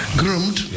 groomed